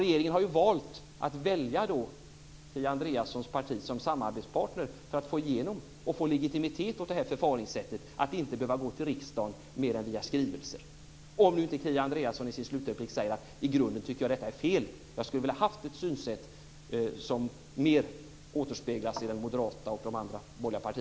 Regeringen har valt Kia Andreassons parti som samarbetspartner för att få igenom och få legitimitet åt förfaringssättet att inte behöva gå till riksdagen mer än via skrivelser. Kia Andreasson kunde i sin slutreplik säga: I grunden tycker jag att detta är fel. Jag skulle ha velat ha ett synsätt som mer återspeglas i